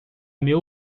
meu